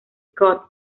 scott